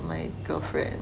my girlfriend